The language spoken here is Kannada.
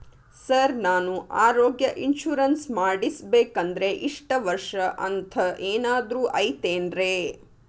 ಸರ್ ನಾನು ಆರೋಗ್ಯ ಇನ್ಶೂರೆನ್ಸ್ ಮಾಡಿಸ್ಬೇಕಂದ್ರೆ ಇಷ್ಟ ವರ್ಷ ಅಂಥ ಏನಾದ್ರು ಐತೇನ್ರೇ?